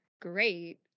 great